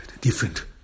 different